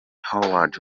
howard